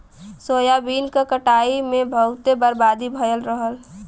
soybean क कटाई में बहुते बर्बादी भयल रहल